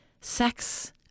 sex